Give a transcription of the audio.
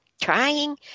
trying